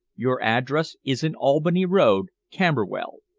your address is in albany road, camberwell.